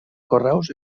carreus